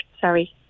sorry